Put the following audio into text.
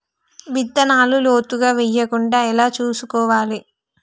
విత్తనాలు లోతుగా వెయ్యకుండా ఎలా చూసుకోవాలి?